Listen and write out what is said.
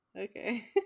Okay